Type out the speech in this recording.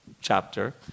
chapter